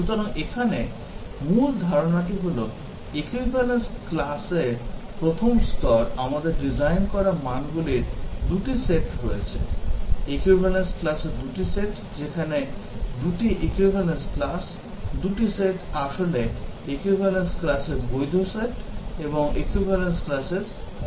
সুতরাং এখানে মূল ধারণাটি হল equivalence class এ প্রথম স্তর আমাদের ডিজাইন করা মানগুলির 2 টি সেট রয়েছে equivalence class এর 2টি সেট এখানে 2 টি equivalence class 2 সেট আসলে equivalence classর বৈধ সেট এবং equivalence classর অবৈধ সেট